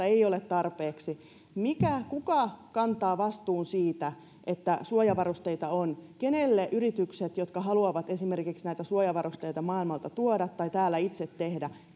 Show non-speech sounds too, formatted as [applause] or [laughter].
[unintelligible] ei ole tarpeeksi kuka kantaa vastuun siitä että suojavarusteita on kenen puoleen yritykset jotka haluavat esimerkiksi näitä suojavarusteita maailmalta tuoda tai täällä itse tehdä